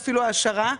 אפילו העשרה,